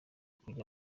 kujya